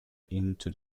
into